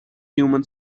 human